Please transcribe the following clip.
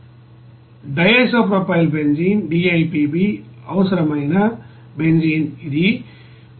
DIPB అవసరమైన benzene ఇది 5